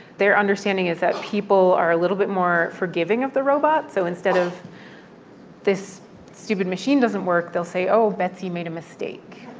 their understanding is that people are a little bit more forgiving of the robot. so instead of this stupid machine doesn't work, they'll say, oh, betsy made a mistake